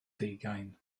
deugain